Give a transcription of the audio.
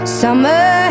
summer